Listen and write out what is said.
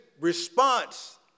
response